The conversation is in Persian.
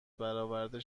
برآورده